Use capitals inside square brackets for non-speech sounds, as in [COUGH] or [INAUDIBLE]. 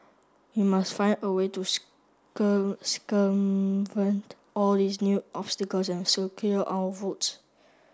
we must find a way to [UNINTELLIGIBLE] circumvent all these new obstacles and secure our votes